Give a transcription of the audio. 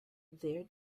their